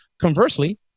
Conversely